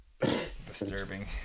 Disturbing